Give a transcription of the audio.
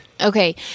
Okay